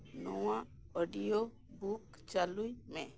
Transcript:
ᱱᱚᱣᱟ audio book ᱪᱟᱹᱞᱩᱭ ᱢᱮ